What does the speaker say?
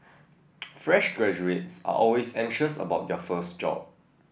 fresh graduates are always anxious about their first job